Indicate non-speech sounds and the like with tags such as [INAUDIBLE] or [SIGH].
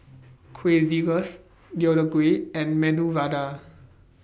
[NOISE] Quesadillas Deodeok Gui and Medu Vada